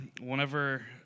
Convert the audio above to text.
Whenever